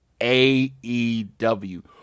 AEW